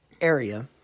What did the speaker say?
area